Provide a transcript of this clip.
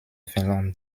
finlande